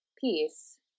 peace